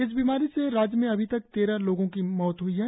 इस बीमारी से राज्य में अभी तक तेरह लोगों की मृत्यु ह्ई है